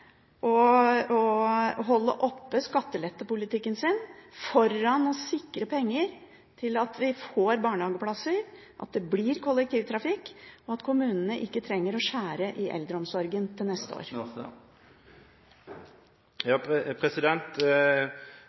viktigere å holde oppe skattelettepolitikken sin framfor å sikre penger til at vi får barnehageplasser, at det blir kollektivtrafikk, og at kommunene ikke trenger å skjære i eldreomsorgen til neste år?